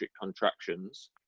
contractions